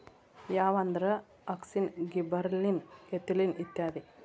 ಯಾವಂದ್ರ auxin, gibberellin, ethylene ಇತ್ಯಾದಿ